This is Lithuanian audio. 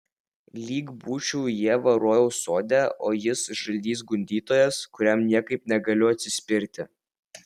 lyg būčiau ieva rojaus sode o jis žaltys gundytojas kuriam niekaip negaliu atsispirti